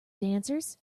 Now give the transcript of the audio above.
dancers